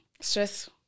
Stress